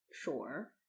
Sure